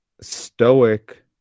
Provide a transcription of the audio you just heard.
stoic